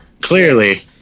clearly